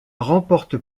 remporte